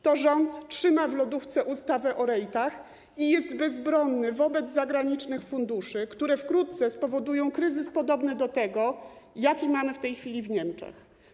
To rząd trzyma w lodówce ustawę o REIT-ach i jest bezbronny wobec zagranicznych funduszy, które wkrótce spowodują kryzys podobny do tego, jaki mamy w tej chwili w Niemczech.